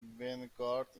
ونگارد